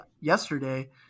yesterday